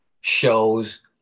shows